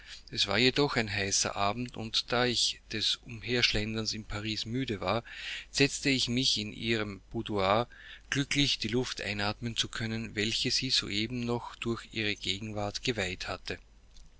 es war jedoch ein heißer abend und da ich des umherschlenderns in paris müde war setzte ich mich in ihrem boudoir glücklich die luft einatmen zu können welche sie soeben noch durch ihre gegenwart geweiht hatte